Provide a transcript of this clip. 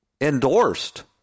endorsed